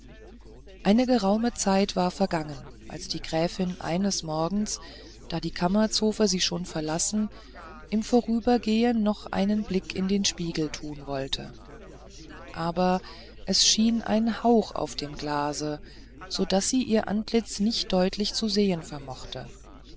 eine geraume zeit war vergangen als die gräfin eines morgens da die kammerzofe sie schon verlassen im vorübergehen noch einen blick in den spiegel tun wollte aber es schien ein hauch auf dem glase so daß sie ihr antlitz nicht deutlich zu sehen vermochte